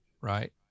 right